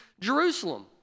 Jerusalem